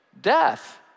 death